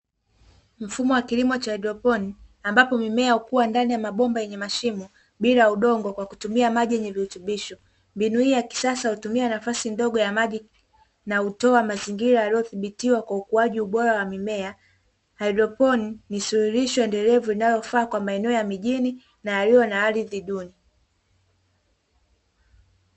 Mfumo wa kilimo cha haidroponi ambapo mimea hukuwa ndani ya mabomba yenye mashimo bila udongo kwa kutumia maji yenye virutubisho ,mbinu hii ya kisasa hutumia nafasi ndogo ya maji na utoa mazingira aliyodhibitiwa kwa ukuaji ubora wa mimea. Haidroponi ni suluhisho endelevu inayofaa kwa maeneo ya mijini na yaliyo na ardhi duni.